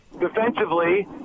defensively